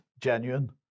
genuine